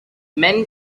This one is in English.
men